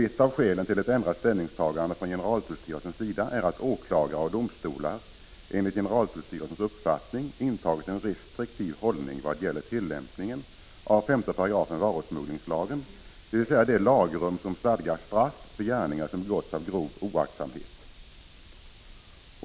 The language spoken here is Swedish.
Ett av skälen till ett ändrat ställningstagande från generaltullstyrelsens sida är att åklagare och domstolar enligt generaltullstyrelsens uppfattning intagit en restriktiv hållning vad gäller tillämpningen av 5 § varusmugglingslagen, dvs. det lagrum som stadgar straff för gärningar som begåtts av grov oaktsamhet.